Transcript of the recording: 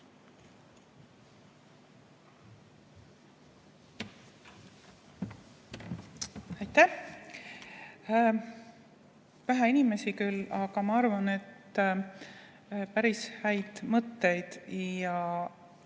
Aitäh! Vähe inimesi küll, aga arvan, et sain päris häid mõtteid ja